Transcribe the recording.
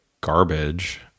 garbage